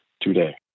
today